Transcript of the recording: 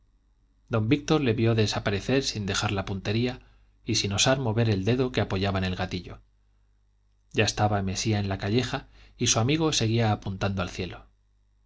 don víctor le vio desaparecer sin dejar la puntería y sin osar mover el dedo que apoyaba en el gatillo ya estaba mesía en la calleja y su amigo seguía apuntando al cielo